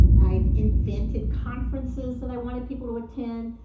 i've invented conferences that i wanted people to attend,